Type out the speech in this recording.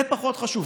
זה פחות חשוב.